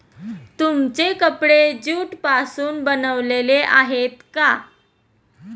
तुमचे कपडे ज्यूट पासून बनलेले आहेत का?